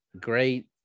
great